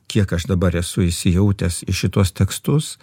kiek aš dabar esu įsijautęs į šituos tekstus